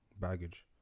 baggage